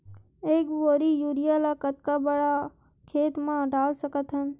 एक बोरी यूरिया ल कतका बड़ा खेत म डाल सकत हन?